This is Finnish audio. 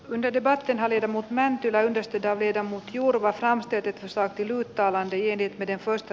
veneitä varten harjoitellut mäntylä yhdistetään viedä mut jurva ramstedt osaa kirjoittaa tiedettä delfoista